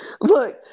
look